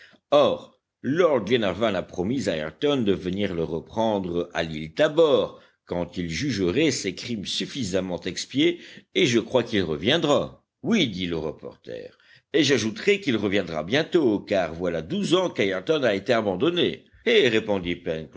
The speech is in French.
or lord glenarvan a promis à ayrton de venir le reprendre à l'île tabor quand il jugerait ses crimes suffisamment expiés et je crois qu'il reviendra oui dit le reporter et j'ajouterai qu'il reviendra bientôt car voilà douze ans qu'ayrton a été abandonné eh répondit